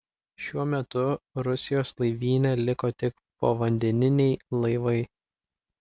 šiuo metu rusijos laivyne liko tik povandeniniai laivai